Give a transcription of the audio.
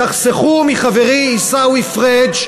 תחסכו מחברי, עיסאווי פריג'